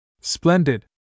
Splendid